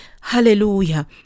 Hallelujah